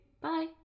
bye